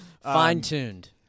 fine-tuned